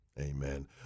Amen